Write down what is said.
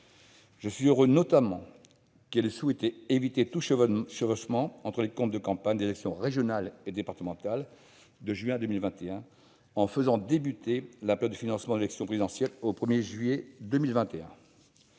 Je suis heureux notamment qu'elle ait souhaité éviter tout chevauchement avec les comptes de campagne des élections régionales et départementales de juin 2021, en faisant débuter la période de financement de l'élection présidentielle au 1juillet 2021.